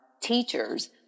teachers